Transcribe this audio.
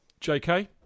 JK